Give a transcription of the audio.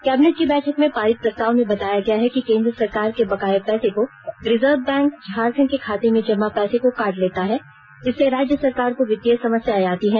cabinet की बैठक में पारित प्रस्ताव में बताया गया है कि केन्द्र सरकार के बकाये पैसे को रिर्जव बैंक झारखंड के खाते में जमा पैसे को काट लेता है इससे राज्य सरकार को वित्तीय समस्याएं आती हैं